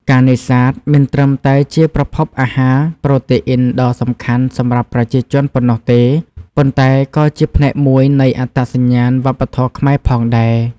ការនេសាទមិនត្រឹមតែជាប្រភពអាហារប្រូតេអ៊ីនដ៏សំខាន់សម្រាប់ប្រជាជនប៉ុណ្ណោះទេ ប៉ុន្តែក៏ជាផ្នែកមួយនៃអត្តសញ្ញាណវប្បធម៌ខ្មែរផងដែរ។